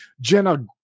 jenna